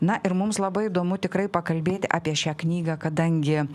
na ir mums labai įdomu tikrai pakalbėti apie šią knygą kadangi